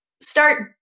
start